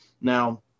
Now